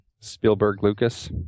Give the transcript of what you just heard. Spielberg-Lucas